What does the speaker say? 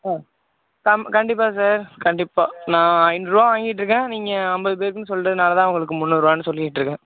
ஆ கண்டிப்பாக சார் கண்டிப்பாக நான் ஐநூறு ரூபா வாங்கிட்டிருக்கேன் நீங்கள் ஐம்பது பேருக்குன்னு சொல்கிறதனால தான் உங்களுக்கு முன்னூறு ரூபானு சொல்லிகிட்டுருக்கேன்